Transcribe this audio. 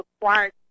required